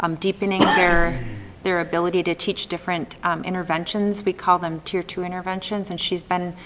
um deepening their their ability to teach different interventions. we call them tier two interventions and she's been,